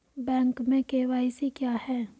Bank में KYC क्या है?